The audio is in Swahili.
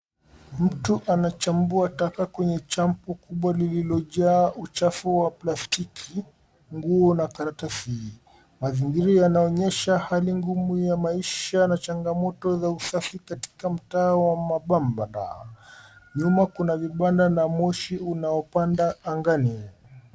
Mtu anachambua taka kwenye dampo kubwa lililojaa uchafu wa plastiki, nguo na karatasi. Mazingira yanaonyesha hali ngumu ya maisha na changamoto za usafi katika mtaa wa mabanda. Nyuma kuna vibanda na moshi unaopanda angani.